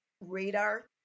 radar